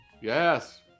Yes